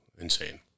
insane